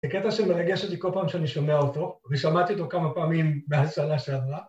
זה קטע שמרגש אותי כל פעם שאני שומע אותו, ושמעתי אותו כמה פעמים מאז שנה שעברה